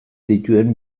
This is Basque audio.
dituen